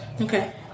Okay